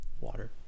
water